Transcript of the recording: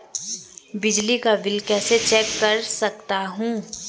बिजली का बिल कैसे चेक कर सकता हूँ?